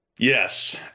Yes